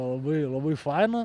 labai labai faina